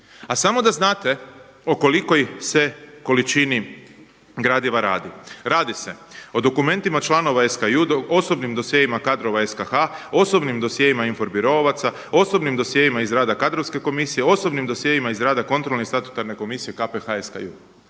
A samo da znate o kolikoj se količini gradiva radi. Radi se o dokumentima članova SKJ, o osobnim dosjeima SKH, osobnim dosjeima inforbirovoaca, osobnim dosjeima iz rada kadrovske komisije, osobnim dosjeima iz rada Kontrolne i statutarne komisije KPH SKJ.